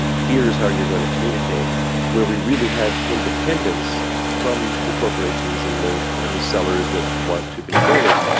here's how you are going to communicate where we really have independence from the corporations and the and the sellers that want to control us.